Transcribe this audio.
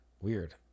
Weird